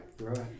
right